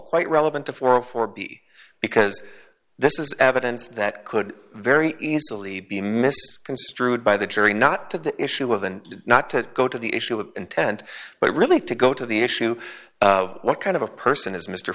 quite relevant to form for b because this is evidence that could very easily be misconstrued by the jury not to the issue of and not to go to the issue of intent but really to go to the issue of what kind of a person is mr